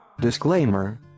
Disclaimer